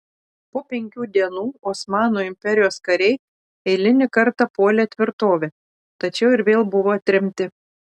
po penkių dienų osmanų imperijos kariai eilinį kartą puolė tvirtovę tačiau ir vėl buvo atremti